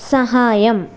സഹായം